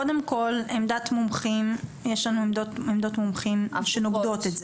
קודם כל יש לנו עומדות מומחים שנוגדות את זה.